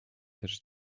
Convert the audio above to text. też